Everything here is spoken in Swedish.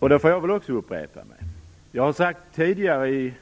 Då får väl också jag upprepa mig. Jag har sagt detta tidigare, i